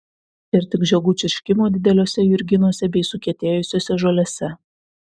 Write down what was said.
ir tik žiogų čirškimo dideliuose jurginuose bei sukietėjusiose žolėse